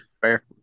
Fair